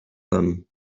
them